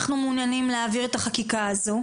אנחנו מעוניינים להעביר את החקיקה הזו,